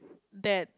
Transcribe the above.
that